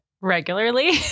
regularly